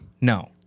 No